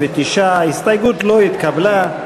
37, נגד, 59. ההסתייגות לא התקבלה.